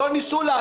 מתוך סיבה שמעולם,